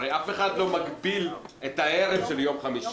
הרי אף אחד לא מגביל את הערב של יום חמישי.